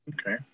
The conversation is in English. Okay